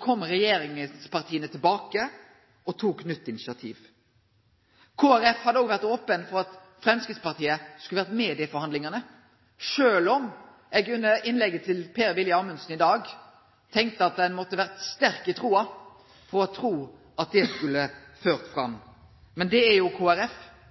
kom regjeringspartia tilbake og tok nytt initiativ. Kristeleg Folkeparti hadde òg vore open for at Framstegspartiet skulle vore med i dei forhandlingane, sjølv om eg under innlegget til Per-Willy Amundsen i dag tenkte at ein måtte ha vore sterk i trua for å tru at det skulle ført fram. Men det er jo